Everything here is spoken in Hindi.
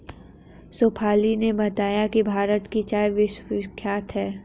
शेफाली ने बताया कि भारत की चाय विश्वविख्यात है